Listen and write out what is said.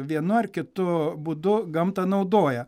vienu ar kitu būdu gamtą naudoja